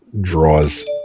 draws